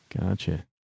Gotcha